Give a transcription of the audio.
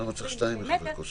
20 2 מטר,